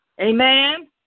amen